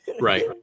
Right